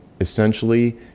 essentially